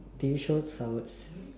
T_V shows I will